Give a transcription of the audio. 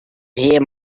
hear